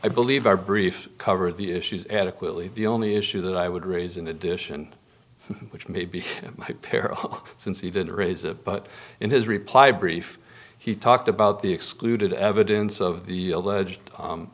believe are brief cover the issues adequately the only issue that i would raise in addition which may be since he didn't raise it but in his reply brief he talked about the excluded evidence of the alleged